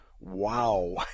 Wow